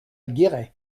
guéret